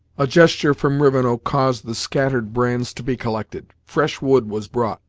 a gesture from rivenoak caused the scattered brands to be collected. fresh wood was brought,